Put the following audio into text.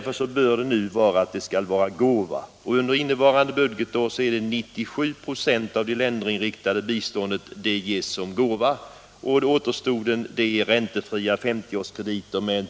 För det tredje skall bistånd ges på längre sikt.